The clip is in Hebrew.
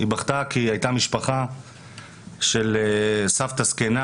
היא בכתה כי הייתה משפחה של סבתא זקנה